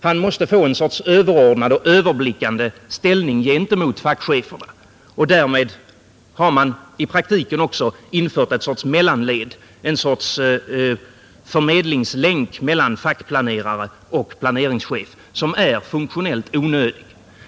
Han måste få en överordnad och överblickande ställning gentemot fackcheferna. Därmed har man i praktiken också infört ett mellanled, en sorts förmedlingslänk mellan fackplanerare och planeringschef som är funktionellt onödig.